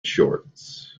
shorts